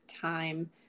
time